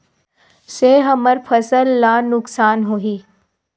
से हमर फसल ला नुकसान होही?